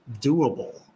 doable